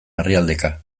herrialdeka